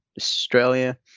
Australia